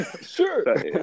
Sure